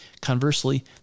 Conversely